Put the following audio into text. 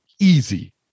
easy